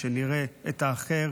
שנראה את האחר,